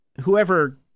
whoever